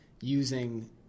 using